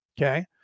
Okay